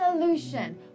solution